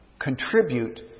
Contribute